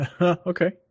Okay